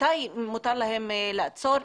מתי מותר להם לעצור,